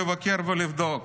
ביקור ובדיקה.